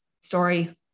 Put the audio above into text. sorry